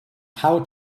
how